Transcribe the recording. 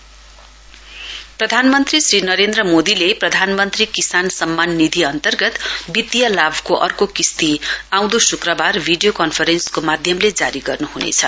PM farmers प्रधानमन्त्री श्री नरेन्द्र मोदीले प्रधानमन्त्री किसान सम्मान विधि अन्तर्गत वित्तीय लाभको अर्को किश्ती आउँदो शुक्रबार भिडियो कन्फरेन्स माध्यमले जारी गर्नुहुनेछ